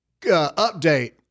update